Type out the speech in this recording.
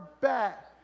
back